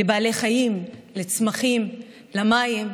לבעלי חיים, לצמחים, למים,